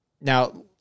Now